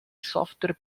software